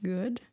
Good